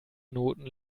noten